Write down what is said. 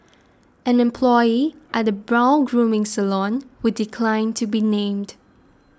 an employee at a brow grooming salon who declined to be named